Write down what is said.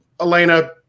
Elena